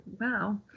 wow